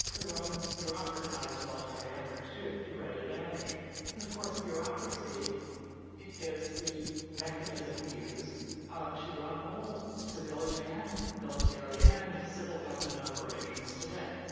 the romans bureaucratized military efforts to to great advantage and of course, bureaucracy is the mechanism we use to run all civilian and military and civil government operations today.